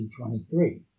1923